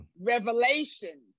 revelation